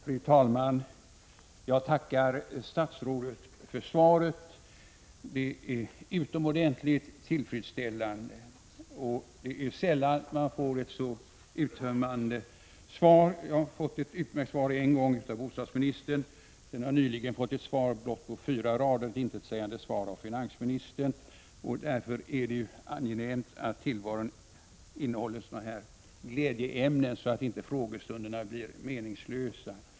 Fru talman! Jag tackar statsrådet för svaret. Det är utomordentligt tillfredsställande. Det är sällan man får ett så uttömmande svar. Jag har fått ett utmärkt svar en gång av bostadsministern men har nyligen fått ett intetsägande svar på fyra rader av finansministern. Därför är det angenämt att tillvaron innehåller sådana här glädjeämnen, så att inte frågestunderna blir meningslösa.